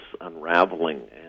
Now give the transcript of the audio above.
unraveling